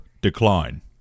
decline